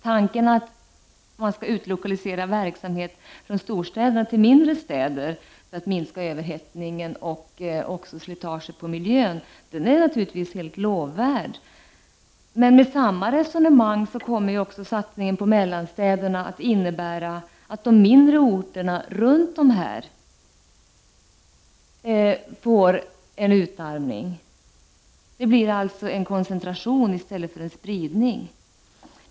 Tanken att utlokalisera verksamhet från storstäderna till mindre städer för att minska överhettningen och slitaget på miljön är naturligtvis lovvärt, men med samma resonemang kommer också satsningen på mellanstäderna att innebära att de mindre orterna runt mellanstora städer utarmas. Det blir alltså en koncentration i stället för en spridning.